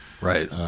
Right